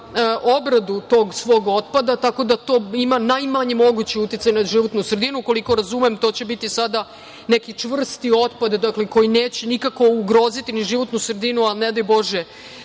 obradu tog svog otpada, tako da to ima najmanji mogući uticaj na životnu sredinu. Koliko razumem to će biti sada neki čvrsti otpad, koji neće nikako ugroziti ni životnu sredinu, a ne daj bože